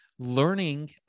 learning